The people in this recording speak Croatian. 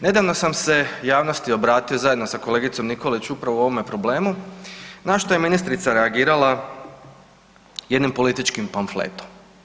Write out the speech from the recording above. Nedavno sam se javnosti obratio zajedno sa kolegicom Nikolić upravo o ovome problemu na što je ministrica reagirala jednim političkim pamfletom.